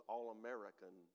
All-American